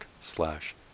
slash